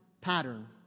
pattern